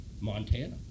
Montana